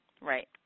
right